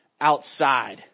outside